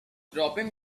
dropping